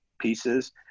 pieces